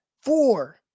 four